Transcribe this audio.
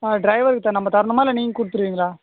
ஆ டிரைவருக்கு த நம்ம தரணுமா இல்லை நீங்கள் கொடுத்துருவீங்களா